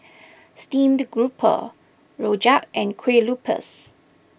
Steamed Grouper Rojak and Kuih Lopes